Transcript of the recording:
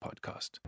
podcast